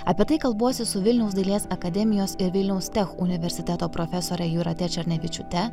apie tai kalbuosi su vilniaus dailės akademijos ir vilniaus tech universiteto profesore jūrate černevičiūte